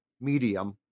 medium